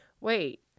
Wait